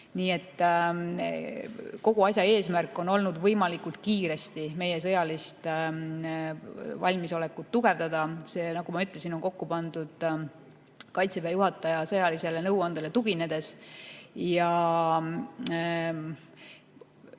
Nii et kogu asja eesmärk on olnud võimalikult kiiresti meie sõjalist valmisolekut tugevdada. See, nagu ma ütlesin, on kokku pandud Kaitseväe juhataja sõjalisele nõuandele tuginedes.